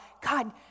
God